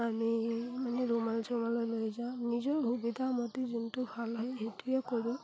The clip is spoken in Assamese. আমি মানে ৰুমাল চোমা লৈ যাওঁ নিজৰ সুবিধাৰ মতে যোনটো ভাল হয় সেইটোৱে কৰোঁ